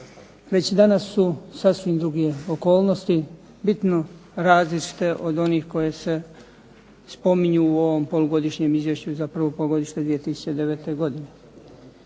Već danas su sasvim druge okolnosti bitno različite od onih koje se spominju u ovom polugodišnjem izvješću i za prvo polugodište 2009. godine.